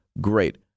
Great